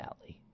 alley